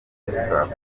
rescapés